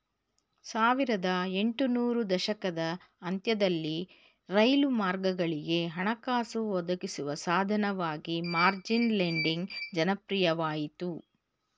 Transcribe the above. ಸಾವಿರದ ಎಂಟು ನೂರು ದಶಕದ ಅಂತ್ಯದಲ್ಲಿ ರೈಲು ಮಾರ್ಗಗಳಿಗೆ ಹಣಕಾಸು ಒದಗಿಸುವ ಸಾಧನವಾಗಿ ಮಾರ್ಜಿನ್ ಲೆಂಡಿಂಗ್ ಜನಪ್ರಿಯವಾಯಿತು